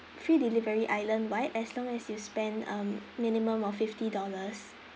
free delivery island wide as long as you spend um minimum of fifty dollars